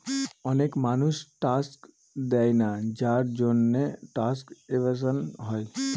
অনেক মানুষ ট্যাক্স দেয়না যার জন্যে ট্যাক্স এভাসন হয়